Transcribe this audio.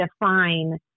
define